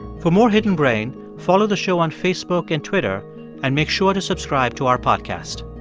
for more hidden brain, follow the show on facebook and twitter and make sure to subscribe to our podcast.